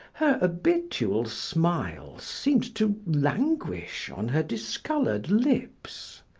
her habitual smile seemed to languish on her discolored lips.